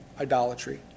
idolatry